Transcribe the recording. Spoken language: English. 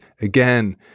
Again